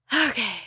Okay